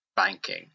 banking